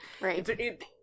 Right